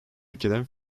ülkeden